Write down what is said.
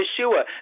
Yeshua